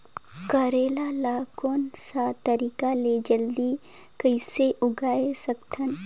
करेला ला कोन सा तरीका ले जल्दी कइसे उगाय सकथन?